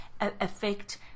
affect